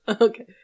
Okay